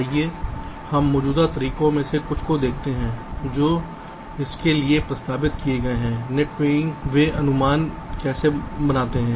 आइए हम मौजूदा तरीकों में से कुछ को देखते हैं जो इसके लिए प्रस्तावित किए गए हैं नेट वेटिंग वे अनुमान कैसे बनाते हैं